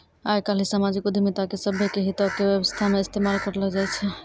आइ काल्हि समाजिक उद्यमिता के सभ्भे के हितो के व्यवस्था मे इस्तेमाल करलो जाय छै